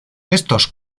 estos